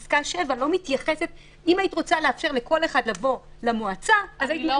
אם היית רוצה לאפשר לכל אחד לבוא למועצה אז היית מכניסה לפה.